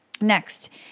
Next